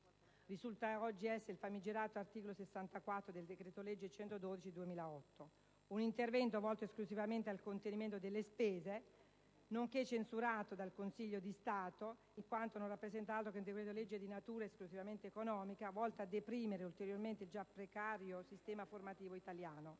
risulta essere ad oggi il famigerato articolo 64 del decreto-legge n. 112 del 2008: un intervento volto esclusivamente al contenimento delle spese, nonché censurato dal Consiglio di Stato, in quanto non rappresenta altro che un decreto-legge di natura esclusivamente economica, volto a deprimere ulteriormente il già precario sistema formativo italiano,